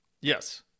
Yes